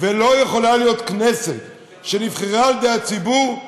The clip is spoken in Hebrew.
ולא יכולה להיות כנסת שנבחרה על ידי הציבור,